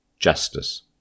Justice